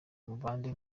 mubanye